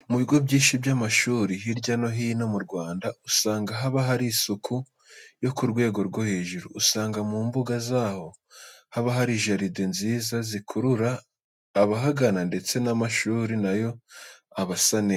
Mu bigo byinshi by'amashuri, hirya no hino mu Rwanda, usanga haba hari isuku yo ku rwego rwo hejuru. Usanga mu mbuga zaho haba hari jaride nziza zikurura abahagana ndetse n'amashuri na yo aba asa neza.